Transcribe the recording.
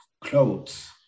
clothes